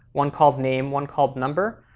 one called name, one called number.